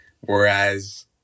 whereas